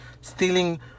stealing